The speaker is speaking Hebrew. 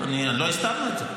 לא הסתרנו את זה.